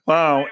wow